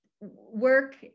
work